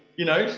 you know,